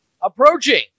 approaching